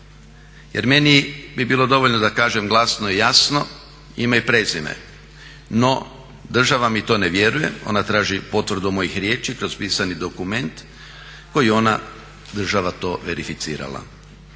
Jer meni bi bilo dovoljno da kažem glasno i jasno ime i prezime, no država mi to ne vjeruje, ona traži potvrdu mojih riječi kroz pisani dokument koji je država to verificirala.